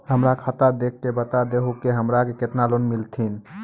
हमरा खाता देख के बता देहु के हमरा के केतना लोन मिलथिन?